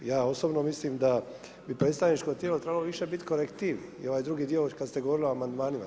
Ja osobno mislim da bi predstavničko tijelo trebalo više biti korektiv i ovaj drugi dio već kad ste govorili o amandmanima.